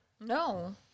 No